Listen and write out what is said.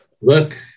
look